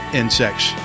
insects